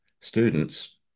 students